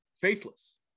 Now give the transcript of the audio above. faceless